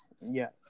Yes